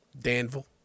Danville